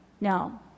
No